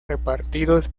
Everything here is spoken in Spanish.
repartidos